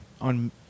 on